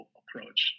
approach